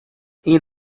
این